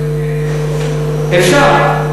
אפשר.